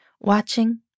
Watching